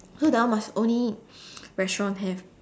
so that one must only restaurant have